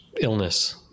illness